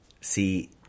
See